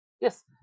Yes